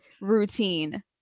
routine